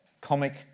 comic